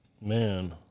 Man